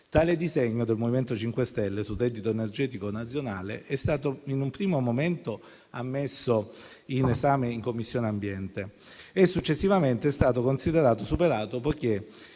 Tale disegno di legge del MoVimento 5 Stelle sul reddito energetico nazionale è stato, in un primo momento, posto all'esame in Commissione ambiente. Successivamente è stato considerato superato,